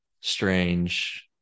strange